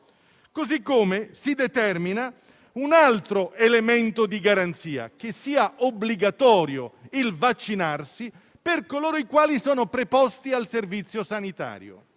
si determina un altro elemento di garanzia: che sia obbligatorio il vaccinarsi per coloro i quali sono preposti al servizio sanitario.